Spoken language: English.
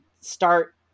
start